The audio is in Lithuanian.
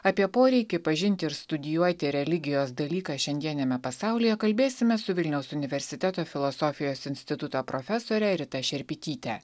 apie poreikį pažinti ir studijuoti religijos dalyką šiandieniame pasaulyje kalbėsime su vilniaus universiteto filosofijos instituto profesore rita šerpytytė